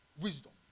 Wisdom